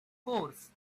course